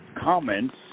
comments